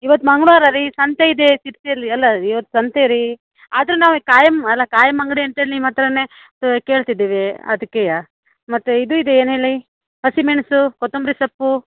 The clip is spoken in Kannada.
ಇವತ್ತು ಮಂಗಳವಾರ ರೀ ಸಂತೆ ಇದೆ ಶಿರ್ಸಿಲಿ ಅಲ್ಲ ಇವತ್ತು ಸಂತೆ ರೀ ಆದರೆ ನಾವು ಖಾಯಂ ಅಲ್ಲ ಖಾಯಂ ಅಂಗಡಿ ಅಂಥೇಳಿ ನಿಮ್ಮ ಹತ್ರನೇ ಕೇಳ್ತಿದ್ದೀವಿ ಅದಕ್ಕೆಯ ಮತ್ತು ಇದು ಇದೆ ಏನು ಹೇಳಿ ಹಸಿ ಮೆಣಸು ಕೊತ್ತಂಬರಿ ಸೊಪ್ಪು